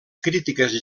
crítiques